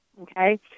okay